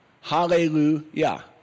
hallelujah